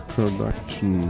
Production